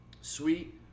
sweet